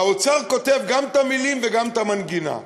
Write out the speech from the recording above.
האוצר כותב גם את המילים וגם את המנגינה.